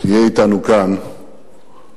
תהיה אתנו כאן בקרוב.